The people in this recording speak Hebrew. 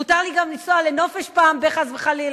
מותר לי גם לנסוע לנופש פעם ב חס וחלילה.